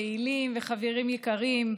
פעילים וחברים יקרים,